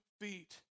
feet